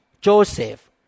Joseph